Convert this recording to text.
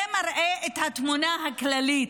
זה מראה את התמונה הכללית,